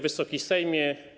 Wysoki Sejmie!